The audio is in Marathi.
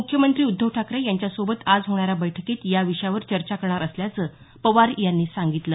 मुख्यमंत्री उद्धव ठाकरे यांच्यासोबत आज होणाऱ्या बैठकीत या विषयावर चर्चा करणार असल्याचं पवार यांनी सांगितलं